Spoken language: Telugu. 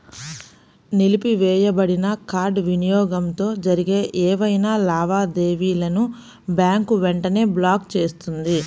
నిలిపివేయబడిన కార్డ్ వినియోగంతో జరిగే ఏవైనా లావాదేవీలను బ్యాంక్ వెంటనే బ్లాక్ చేస్తుంది